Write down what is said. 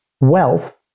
wealth